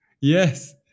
Yes